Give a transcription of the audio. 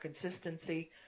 consistency